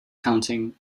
counting